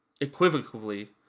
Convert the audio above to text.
equivocally